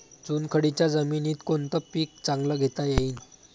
चुनखडीच्या जमीनीत कोनतं पीक चांगलं घेता येईन?